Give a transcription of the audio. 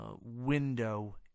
window